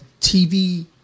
TV